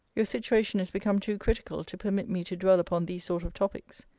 your situation is become too critical to permit me to dwell upon these sort of topics.